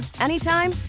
anytime